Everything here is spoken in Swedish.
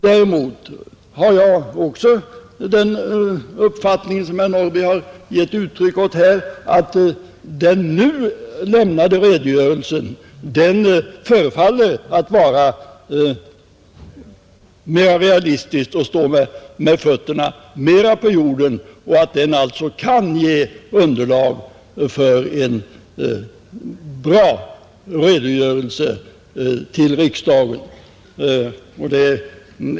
Däremot tycker jag — den uppfattningen gav herr Norrby också uttryck åt här — att den nu lämnade redogörelsen förefaller vara mera realistisk och alltså kan bilda underlag för en bra information till riksdagen.